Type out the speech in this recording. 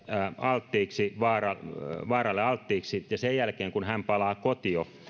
vaaralle vaaralle alttiiksi ja sen jälkeen kun hän palaa